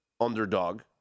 underdog